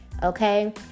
okay